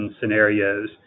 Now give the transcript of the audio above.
scenarios